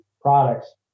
products